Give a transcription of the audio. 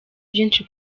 byinshi